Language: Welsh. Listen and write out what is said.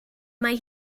mae